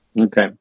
Okay